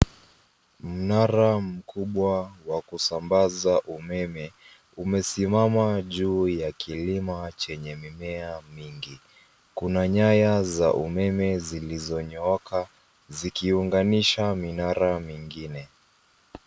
Mnara mkubwa wa kusambaza umeme umesimama juu ya kilima chenye mimea mingi. Kun nyaya za umeme zilizonyooka zikiunganisha minara mingine.